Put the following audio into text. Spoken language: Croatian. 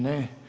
Ne.